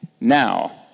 now